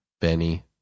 Benny